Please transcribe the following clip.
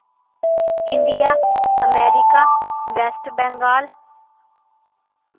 India America West Bengal